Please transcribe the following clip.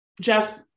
Jeff